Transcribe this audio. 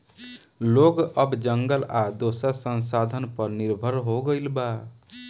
लोग अब जंगल आ दोसर संसाधन पर निर्भर हो गईल बा